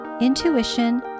intuition